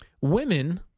Women